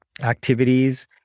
activities